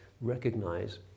recognize